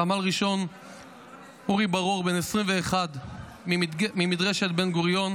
סמל ראשון אורי בר אור בן 21 ממדרשת בן-גוריון,